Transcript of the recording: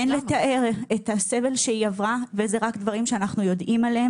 אין לתאר את הסבל שהיא עברה וזה רק דברים שאנחנו יודעים עליהם.